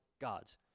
God's